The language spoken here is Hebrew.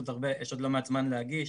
יש עוד לא מעט זמן להגיש.